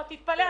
תתפלא,